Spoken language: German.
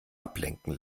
ablenken